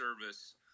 service